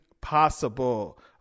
possible